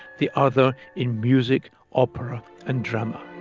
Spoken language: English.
the other in music, opera and drama.